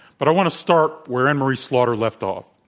but i want to start where anne-marie slaughter left off.